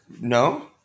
No